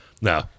No